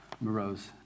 morose